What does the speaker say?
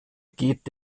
geht